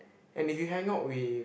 and if you hangout with